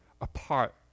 apart